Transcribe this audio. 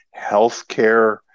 healthcare